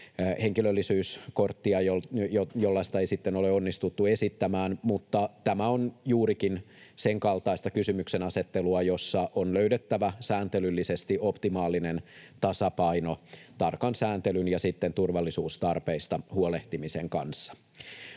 henkilöllisyyskorttia, jollaista ei sitten ole onnistuttu esittämään, mutta tämä on juurikin sen kaltaista kysymyksenasettelua, jossa on löydettävä sääntelyllisesti optimaalinen tasapaino tarkan sääntelyn ja sitten turvallisuustarpeista huolehtimisen kanssa.